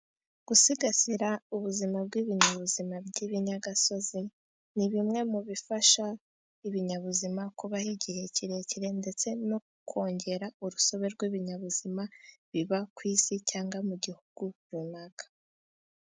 Gusigasira ubuzima bw'ibinyabuzima by'ibinyagasozi. Ni bimwe mu bifasha ibinyabuzima kubaho igihe kirekire, ndetse no kongera urusobe rw'ibinyabuzima biba ku isi cyangwa mu gihugu runaka.